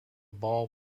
ball